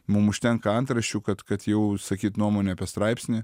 mum užtenka antraščių kad kad jau išsakyt nuomonę apie straipsnį